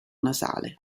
nasale